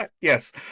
Yes